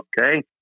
okay